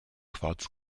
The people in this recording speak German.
quarz